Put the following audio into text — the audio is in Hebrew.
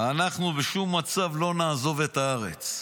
אנחנו בשום מצב לא נעזוב את הארץ.